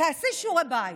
תעשי שיעורי בית.